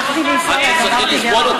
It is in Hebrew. אני רוצה שזה יהיה הדיון הראשון.